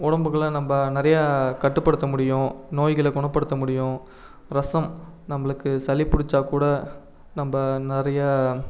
உடம்புகள நம்ம நிறையா கட்டுப்படுத்த முடியும் நோய்களை குணப்படுத்த முடியும் ரசம் நம்மளுக்கு சளி பிடிச்சாக்கூட நம்ம நிறைய